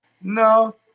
No